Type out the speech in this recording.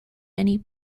many